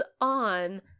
on